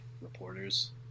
reporters